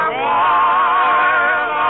wild